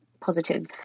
positive